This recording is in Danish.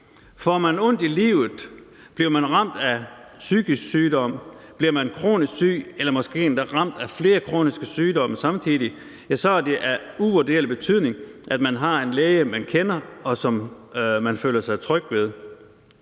Får man ondt i livet, bliver man ramt af psykisk sygdom, bliver man kronisk syg eller måske endda ramt af flere kroniske sygdomme samtidig, så er det af uvurderlig betydning, at man har en læge, som man kender, og som man føler sig tryg ved.